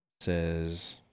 says